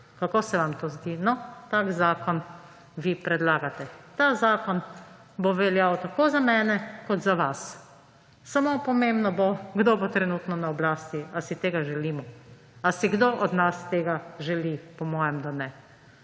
Kako se vam to zdi? No, tak zakon vi predlagate. Ta zakon bo veljal tako za mene kot za vas, samo pomembno bo, kdo bo trenutno na oblasti. Ali si tega želimo, ali si kdo od nas to želi? Po mojem, da ne.